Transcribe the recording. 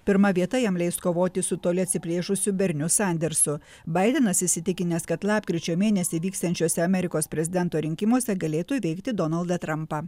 pirma vieta jam leis kovoti su toli atsiplėšusių berniu sandersu baidenas įsitikinęs kad lapkričio mėnesį vyksiančiuose amerikos prezidento rinkimuose galėtų įveikti donaldą trampą